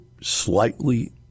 slightly